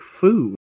food